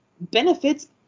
benefits